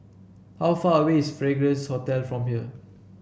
how far away is Fragrance Hotel from here